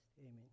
Amen